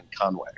Conway